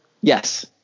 Yes